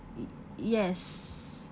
ye~ yes